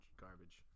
garbage